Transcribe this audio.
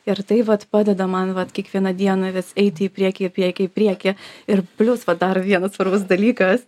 ir tai vat padeda man vat kiekvieną dieną vis eiti į priekį į priekį į priekį ir plius vat dar vienas svarbus dalykas